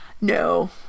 No